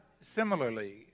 similarly